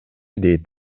дейт